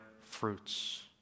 fruits